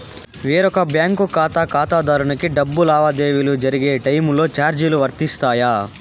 వేరొక బ్యాంకు ఖాతా ఖాతాదారునికి డబ్బు లావాదేవీలు జరిగే టైములో చార్జీలు వర్తిస్తాయా?